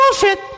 Bullshit